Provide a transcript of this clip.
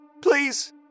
please